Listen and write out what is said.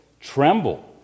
tremble